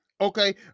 okay